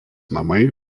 namai